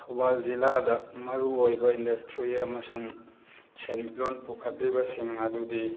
ꯊꯧꯕꯥꯜ ꯖꯤꯂꯥꯗ ꯃꯔꯨꯑꯣꯏꯕ ꯏꯟꯗꯁꯇ꯭ꯔꯤ ꯑꯃꯁꯨꯡ ꯁꯦꯟꯃꯤꯠꯂꯣꯟ ꯄꯨꯈꯠꯂꯤꯕꯁꯤꯡ ꯑꯗꯨꯗꯤ